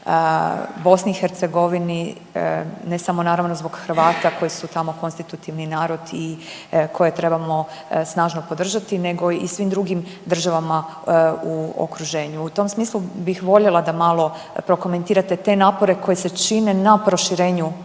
posebice na pomoć BiH, ne samo naravno zbog Hrvata koji su tamo konstitutivni narod i koje trebamo snažno podržati nego i svim drugim državama u okruženju. U tom smislu bih voljela da malo prokomentirate te napore koji se čine ne proširenju